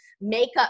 makeup